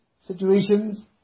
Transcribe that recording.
situations